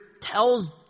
tells